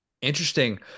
Interesting